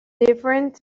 different